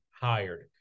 hired